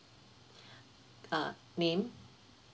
uh name